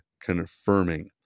confirming